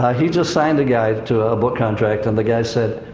he just signed a guy to a book contract, and the guy said,